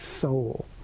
soul